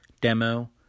demo